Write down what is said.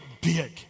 big